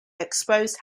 exposed